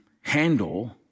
handle